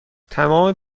تمام